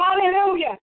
Hallelujah